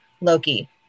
Loki